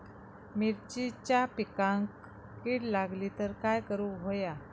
मिरचीच्या पिकांक कीड लागली तर काय करुक होया?